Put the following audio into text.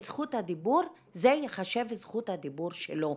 זכות הדיבור זה ייחשב זכות הדיבור שלו